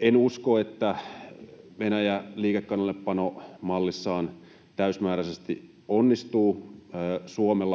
En usko, että Venäjä liikekannallepanomallissaan täysimääräisesti onnistuu.